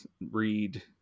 read